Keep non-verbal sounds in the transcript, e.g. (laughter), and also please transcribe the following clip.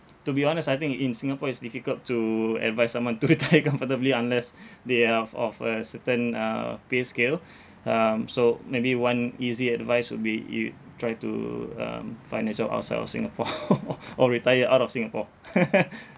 to be honest I think in singapore it's difficult to advise someone to retire (laughs) comfortably unless they are of of a certain uh pay scale um so maybe one easy advice would be you try to um find a job outside of singapore (laughs) or retire out of singapore (laughs)